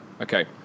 Okay